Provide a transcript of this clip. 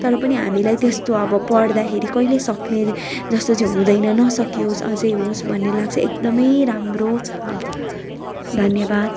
तर पनि हामीले त्यस्तो अब पढ्दाखेरि कहिले सकिने जस्तो चाहिँ हुँदैन नसकियोस् अझै होस् भन्ने लाग्छ एकदमै राम्रो छ धन्यवाद